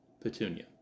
Petunia